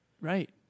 Right